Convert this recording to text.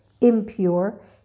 impure